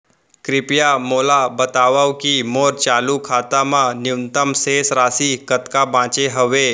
कृपया मोला बतावव की मोर चालू खाता मा न्यूनतम शेष राशि कतका बाचे हवे